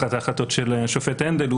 אחת ההחלטות של השופט הנדל,